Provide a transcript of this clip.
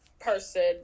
person